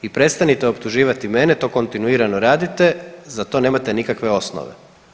I prestanite optuživati mene, to kontinuirano radite, za to nemate nikakve osnove.